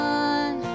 one